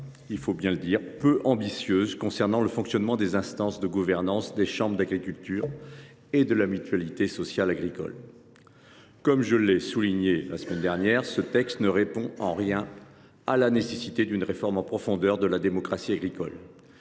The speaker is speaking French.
proposition de loi peu ambitieuse concernant le fonctionnement des instances de gouvernance des chambres d’agriculture et de la Mutualité sociale agricole. Comme je l’ai souligné la semaine dernière, ce texte ne constitue nullement une réforme en profondeur de la démocratie agricole,